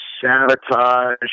Sabotage